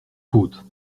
faute